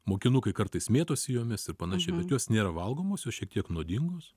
mokinukai kartais mėtosi jomis ir panašiai bet jos nėra valgomos jos šiek tiek nuodingos